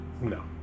No